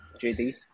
JD